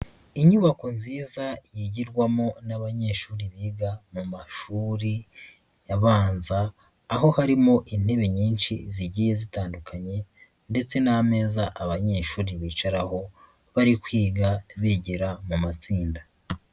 Inyubako nziza yigirwamo n'abanyeshuri biga mu mashuri abanza, aho harimo intebe nyinshi zigiye zitandukanye ndetse n'ameza abanyeshuri bicaraho, bari kwiga bigera mu matsinda.